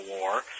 War